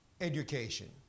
Education